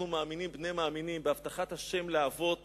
אנחנו מאמינים בני מאמינים בהבטחת ה' לאבות